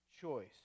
choice